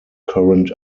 current